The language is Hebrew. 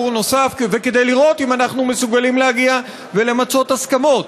נוסף ולראות אם אנחנו יכולים להגיע ולמצות הסכמות.